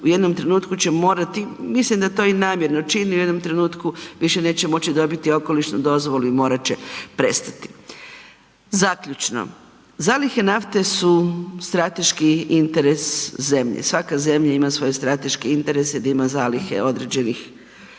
u jednom trenutku će morati, mislim da to i namjerno čini, u jednom trenutku više neće moći dobiti okolišnu dozvolu i morati će prestati. Zaključno. Zalihe nafte su strateški interes zemlje, svaka zemlja ima svoje strateške interese da ima zalihe određenih, dakle